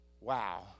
Wow